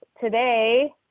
today